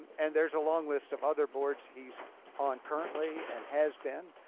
and and there's a long list of other boards he's on currently and has been,